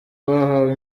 bahawe